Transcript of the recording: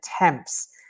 attempts